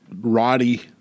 Roddy